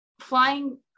Flying